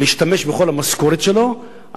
להשתמש בכל המשכורת שלו,